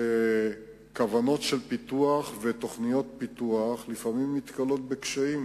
שכוונות של פיתוח ותוכניות פיתוח לפעמים נתקלות בקשיים